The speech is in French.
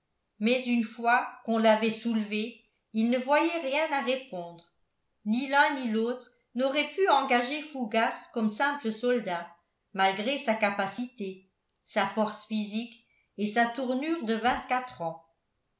mais une fois qu'on l'avait soulevée ils ne voyaient rien à répondre ni l'un ni l'autre n'auraient pu engager fougas comme simple soldat malgré sa capacité sa force physique et sa tournure de vingt-quatre ans